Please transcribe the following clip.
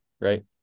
right